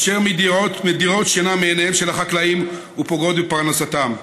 אשר מדירות שינה מעיניהם של החקלאים ופוגעות בפרנסתם.